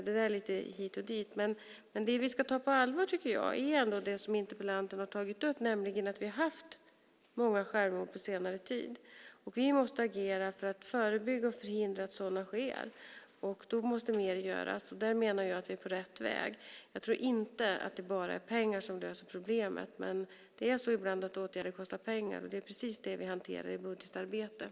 Det är lite hit och dit, men vi ska ta det som interpellanten har tagit upp på allvar. Vi har haft många självmord på senare tid. Vi måste agera för att förebygga och förhindra att sådana sker. Då måste mer göras. Jag menar att vi är på rätt väg. Jag tror inte att det bara är pengar som löser problemet, men ibland kostar åtgärder pengar, och det är precis det vi hanterar i budgetarbetet.